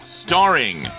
starring